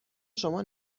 شما